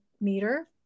meter